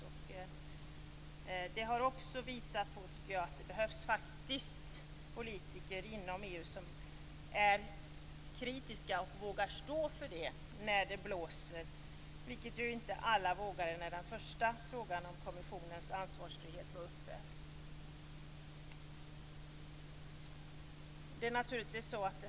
Detta har visat på att det faktiskt behövs politiker inom EU som är kritiska och som vågar stå för det när det blåser. Det vågade inte alla när frågan om kommissionens ansvarsfrihet var uppe första gången.